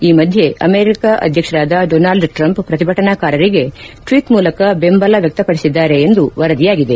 ಈ ಮಧ್ಯೆ ಅಮೆರಿಕಾ ಅಧ್ಯಕ್ಷರಾದ ಡೋನಾಲ್ಡ್ ಟ್ರಂಪ್ ಪ್ರತಿಭಟನಕಾರರಿಗೆ ಟ್ವೀಟ್ ಮೂಲಕ ಬೆಂಬಲ ವ್ಯಕ್ತಪಡಿಸಿದ್ದಾರೆ ಎಂದು ವರದಿಯಾಗಿದೆ